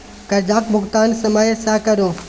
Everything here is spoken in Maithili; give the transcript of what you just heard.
करजाक भूगतान समय सँ करु